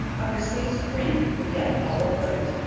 of the sweetest cream you can get all over it.